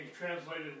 translated